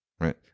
right